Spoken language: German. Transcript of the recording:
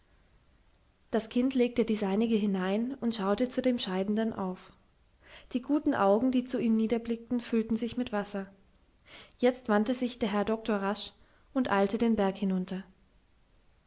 das kind legte die seinige hinein und schaute zu dem scheidenden auf die guten augen die zu ihm niederblickten füllten sich mit wasser jetzt wandte sich der herr doktor rasch und eilte den berg hinunter